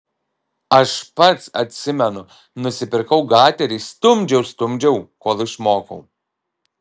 aš pats atsimenu nusipirkau gaterį stumdžiau stumdžiau kol išmokau